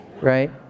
right